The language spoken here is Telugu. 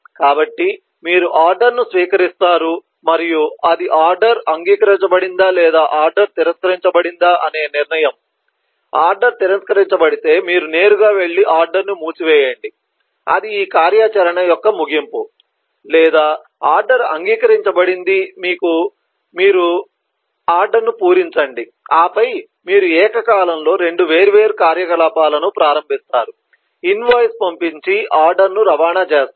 కాబట్టి మీరు ఆర్డర్ను స్వీకరిస్తారు మరియు ఇది ఆర్డర్ అంగీకరించబడిందా లేదా ఆర్డర్ తిరస్కరించబడిందా అనే నిర్ణయం ఆర్డర్ తిరస్కరించబడితే మీరు నేరుగా వెళ్లి ఆర్డర్ను మూసివేయండి అది ఈ కార్యాచరణ యొక్క ముగింపు లేదా ఆర్డర్ అంగీకరించబడింది మీరు ఆర్డర్ను పూరించండి ఆపై మీరు ఏకకాలంలో 2 వేర్వేరు కార్యకలాపాలను ప్రారంభిస్తారు ఇన్వాయిస్ పంపించి ఆర్డర్ను రవాణా చేస్తారు